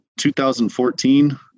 2014